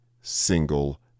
single